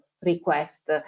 request